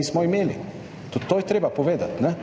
nismo imeli za sebe. Tudi to je treba povedati.